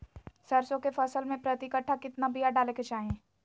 सरसों के फसल में प्रति कट्ठा कितना बिया डाले के चाही?